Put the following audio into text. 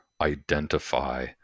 identify